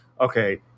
Okay